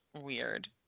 Weird